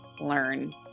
learn